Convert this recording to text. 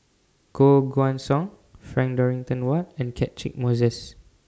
Koh Guan Song Frank Dorrington Ward and Catchick Moses